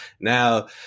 Now